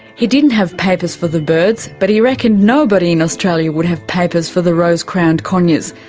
he didn't have papers for the birds, but he reckoned nobody in australia would have papers for the rose-crowned conures,